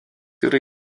yra